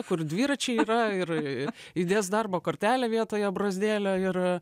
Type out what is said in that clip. kur dviračiai yra ir įdės darbo kortelę vietoje abrozdėlio ir